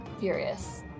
Furious